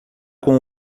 com